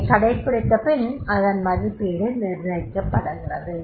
அதைக் கண்டுபிடித்த பின் அதன் மதிப்பீடு நிர்ணயிக்கப படுகிறது